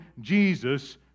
Jesus